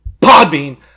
Podbean